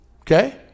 Okay